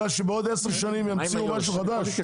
כי בעוד עשר שנים ימציאו משהו חדש?